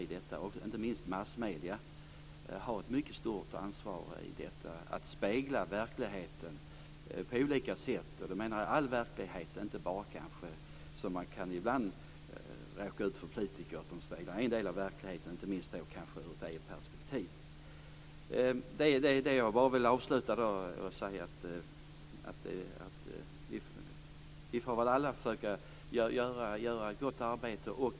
Inte minst har massmedierna ett mycket stort ansvar för att på olika sätt spegla verkligheten. Jag syftar då på hela verkligheten, inte bara en del av den. Ibland speglar kritikerna bara en del av verkligheten, dessutom i ett felaktigt perspektiv. Jag vill avsluta med att säga att vi alla får försöka göra ett gott arbete.